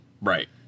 Right